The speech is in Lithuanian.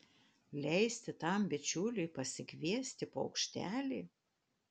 leisti tam bičiuliui pasikviesti paukštelį